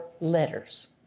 letters